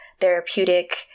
therapeutic